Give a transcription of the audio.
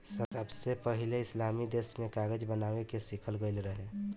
सबसे पहिले इस्लामी देश में कागज बनावे के सिखल गईल रहे